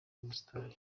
umustar